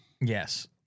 Yes